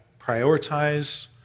prioritize